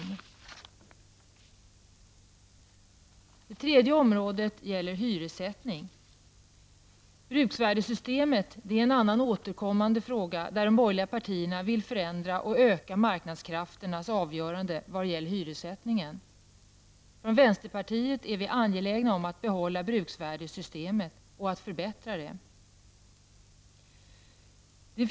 För det tredje gäller det hyressättningen. Bruksvärdesystemet är en annan återkommande fråga, där de borgerliga partierna vill öka marknadskrafternas avgörande vad det gäller hyressättningen. I vänsterpartiet är vi angelägna om att behålla bruksvärdesystemet och förbättra det.